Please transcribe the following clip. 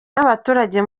n’abaturage